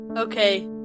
Okay